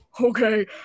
okay